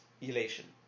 elation